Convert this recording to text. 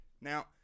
Now